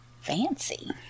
Fancy